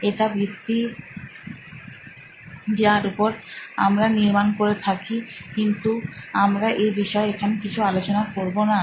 এটা ভিত্তি যার উপর আমরা নির্মাণ করে থাকি কিন্তু আমরা এই বিষয় এখানে কিছু আলোচনা করবোনা